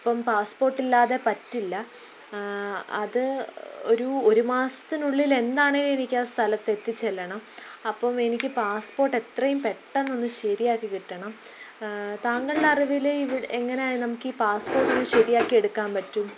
അപ്പം പാസ്പോർട്ട് ഇല്ലാതെ പറ്റില്ല അത് ഒരു ഒരു മാസത്തിനുള്ളിൽ എന്താണെങ്കിലും എനിക്ക് ആ സ്ഥലത്ത് എത്തിച്ചെല്ലണം അപ്പം എനിക്ക് പാസ്പോർട്ട് എത്രയും പെട്ടെന്ന് ഒന്ന് ശരിയാക്കി കിട്ടണം താങ്കളുടെ അറിവിൽ ഇവി എങ്ങനെയാണ് നമുക്ക് ഈ പാസ്പോർട്ട് ഒന്ന് ശരിയാക്കി എടുക്കാൻ പറ്റും